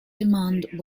demand